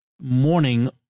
morning